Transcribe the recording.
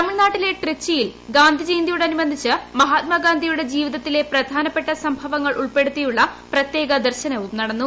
തമിഴ്നാട്ടിലെ ട്രിച്ചിയിൽ ഗാന്ധിജയന്തിയോടനുബന്ധിച്ച് മഹാത്മാഗാന്ധിയുടെ ജീവിതത്തിലെ പ്രധാനപ്പെട്ട സംഭവങ്ങൾ ഉൾപ്പെടുത്തിയുള്ള പ്രത്യേക പ്രദർശനവും നടന്നു